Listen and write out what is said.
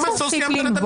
ואתה אומר שלא סיימת לדבר.